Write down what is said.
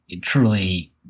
truly